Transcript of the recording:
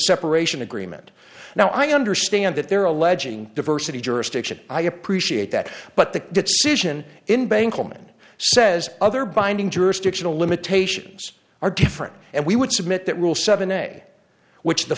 separation agreement now i understand that they're alleging diversity jurisdiction i appreciate that but the decision in bank homan says other binding jurisdictional limitations are different and we would submit that rule seven day which the